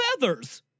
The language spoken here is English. feathers